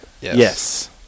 Yes